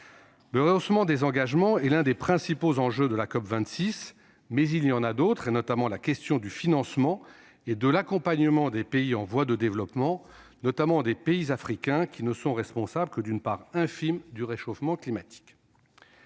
Le rehaussement des engagements est l'un des principaux enjeux de la COP26, mais il en existe d'autres comme la question du financement et de l'accompagnement des pays en voie de développement, notamment des pays africains, responsables d'une part infime du réchauffement climatique.